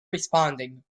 responding